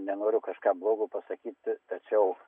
nenoriu kažką blogo pasakyti tačiau